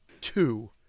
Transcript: two